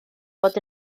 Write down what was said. bod